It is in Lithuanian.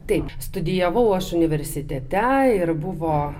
taip studijavau aš universitete ir buvo